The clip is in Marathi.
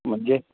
म्हणजे